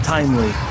Timely